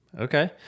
Okay